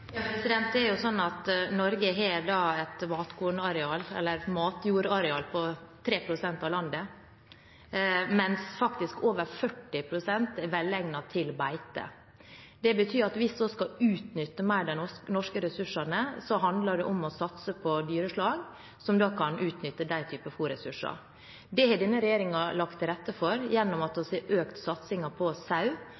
Det er sånn at Norge har et matkornareal, eller et matjordareal, på 3 pst. av landet, mens over 40 pst. er velegnet til beite. Det betyr at hvis vi skal utnytte de norske ressursene mer, handler det om å satse på dyreslag som kan utnytte den typen fôrressurser. Det har denne regjeringen lagt til rette for gjennom at vi har økt satsingen på sau